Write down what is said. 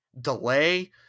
delay